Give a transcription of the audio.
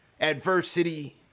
Adversity